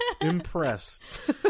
impressed